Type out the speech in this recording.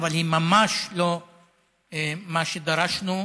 אבל היא ממש לא מה שדרשנו,